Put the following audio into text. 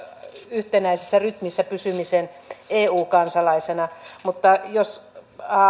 yhtenäisessä rytmissä pysymisen eu kansalaisena mutta jos